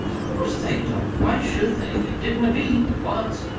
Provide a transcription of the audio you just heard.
course they don't! why should they? they didn't to me once,